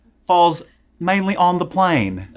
falls mainly on the plain.